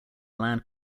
land